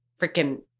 freaking